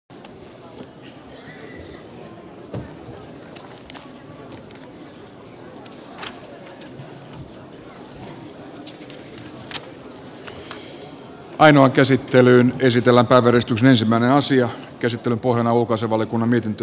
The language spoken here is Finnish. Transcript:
ainoa käsittelyn esitellä todistus myös monen asian käsittelyn pohjana on ulkoasiainvaliokunnan mietintö